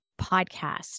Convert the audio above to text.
podcast